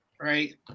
right